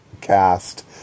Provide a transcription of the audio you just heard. Cast